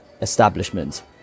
establishment